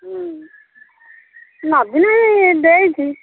ହୁଁ ନବୀନ ଦେଇଛି